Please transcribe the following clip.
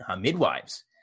Midwives